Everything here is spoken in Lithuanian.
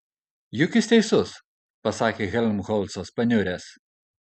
juk jis teisus pasakė helmholcas paniuręs